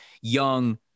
young